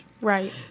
Right